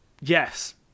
Yes